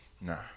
Nah